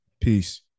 Peace